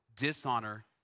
dishonor